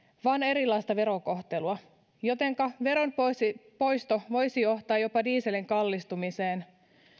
vaan erilaista verokohtelua jotenka veron poisto voisi johtaa jopa dieselin kallistumiseen